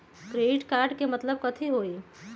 Credit card के मतलब कथी होई?